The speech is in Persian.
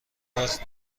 باز